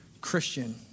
Christian